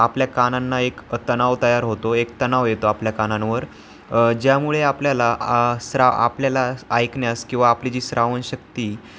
आपल्या कानांना एक तणाव तयार होतो एक तणाव येतो आपल्या कानांवर ज्यामुळे आपल्याला आ स्रा आपल्याला ऐकण्यास किंवा आपली जी श्रवणशक्ती